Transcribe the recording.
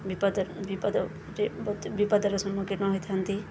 ବିପଦର ବିପଦରେ ବିପଦର ସମ୍ମୁଖୀନ ହୋଇଥାନ୍ତି